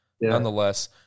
nonetheless